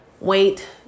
wait